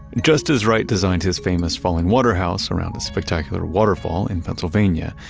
just as wright designed his famous fallingwater house around a spectacular waterfall in pennsylvania,